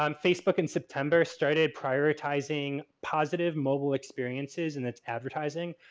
um facebook in september started prioritizing positive mobile experiences and that's advertising.